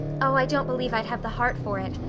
oh, i don't believe i'd have the heart for it.